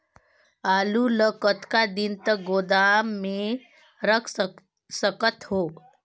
आलू ल कतका दिन तक गोदाम मे रख सकथ हों?